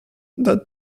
that